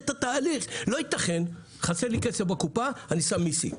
לא יתכן שחסר לי כסף בקופה, אני שם מיסים.